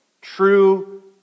True